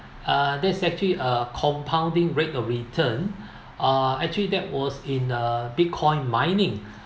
uh there's actually a compounding rate of return uh actually that was in uh bitcoin mining